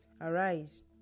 Arise